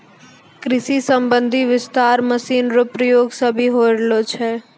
कृषि संबंधी विस्तार मशीन रो प्रयोग से भी होय रहलो छै